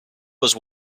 was